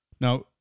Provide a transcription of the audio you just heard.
Now